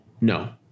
No